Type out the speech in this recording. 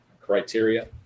criteria